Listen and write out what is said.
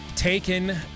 taken